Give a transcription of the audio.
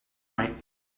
right